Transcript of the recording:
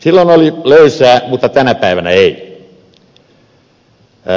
silloin oli löysää mutta tänä päivänä ei